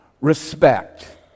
respect